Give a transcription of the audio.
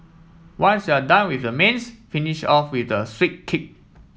once you're done with the mains finish off with a sweet kick